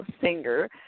singer